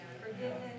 forgiveness